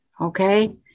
okay